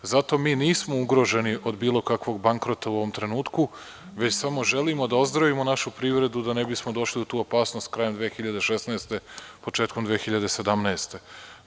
Zato mi nismo ugroženi od bilo kakvog bankrota u ovom trenutku, već samo želimo da ozdravimo našu privredu, da ne bismo došli u tu opasnost krajem 2016. i početkom 2017. godine.